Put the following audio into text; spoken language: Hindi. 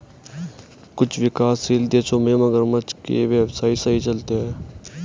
कुछ विकासशील देशों में मगरमच्छ के व्यवसाय सही चलते हैं